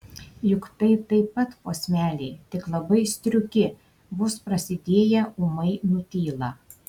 juk tai taip pat posmeliai tik labai striuki vos prasidėję ūmai nutyla